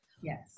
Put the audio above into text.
Yes